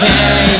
Hey